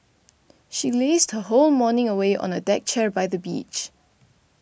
she lazed her whole morning away on a deck chair by the beach